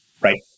Right